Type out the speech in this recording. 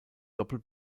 doppel